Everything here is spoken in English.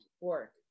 work